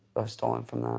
i've stolen from them.